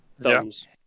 Thumbs